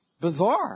Bizarre